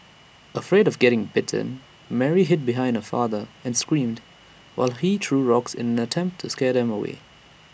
afraid of getting bitten Mary hid behind her father and screamed while he threw rocks in an attempt to scare them away